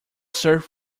search